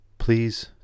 Please